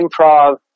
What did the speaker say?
improv